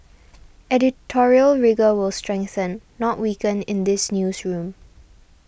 editorial rigour will strengthen not weaken in this newsroom